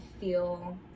feel